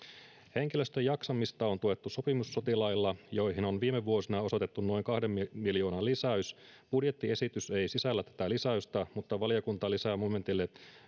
henkilöstön jaksamista on tuettu sopimussotilailla joihin on viime vuosina osoitettu noin kahden miljoonan lisäys budjettiesitys ei sisällä tätä lisäystä mutta valiokunta lisää momentille